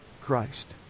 Christ